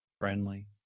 friendly